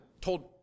told